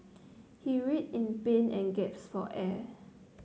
he writhed in pain and gasped for air